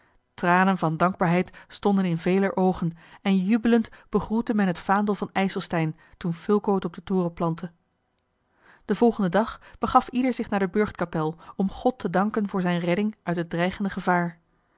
tranen van dankbaarheid stonden in veler oogen en jubelend begroette men het vaandel van ijselstein toen fulco het op den toren plantte den volgenden dag begaf ieder zich naar de burchtkapel om god te danken voor zijne redding uit het dreigende gevaar